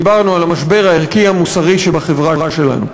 דיברנו על המשבר הערכי המוסרי שבחברה שלנו.